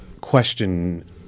question